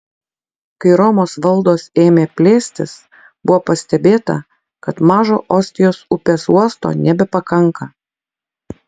kai romos valdos ėmė plėstis buvo pastebėta kad mažo ostijos upės uosto nebepakanka